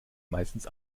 meistens